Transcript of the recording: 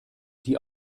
die